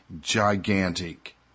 gigantic